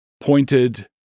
pointed